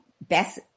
best